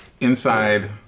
inside